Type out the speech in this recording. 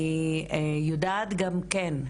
אני יודעת גם כן,